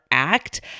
act